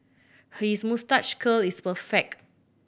his moustache curl is perfect